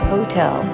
Hotel